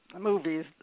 movies